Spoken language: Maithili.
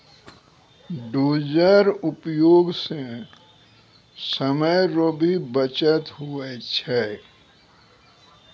डोजर उपयोग से समय रो भी बचत हुवै छै